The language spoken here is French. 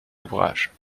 ouvrages